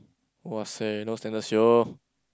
!wahseh! no standard [sio]